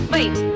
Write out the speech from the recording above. Wait